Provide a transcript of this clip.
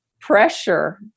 pressure